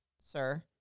sir